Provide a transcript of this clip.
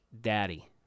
Daddy